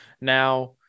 Now